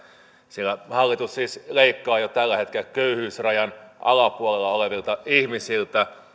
sillä hallitus siis leikkaa jo tällä hetkellä köyhyysrajan alapuolella olevilta ihmisiltä